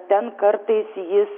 ten kartais jis